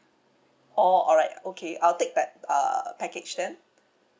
orh alright okay I'll take that uh package then